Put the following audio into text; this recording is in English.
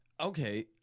Okay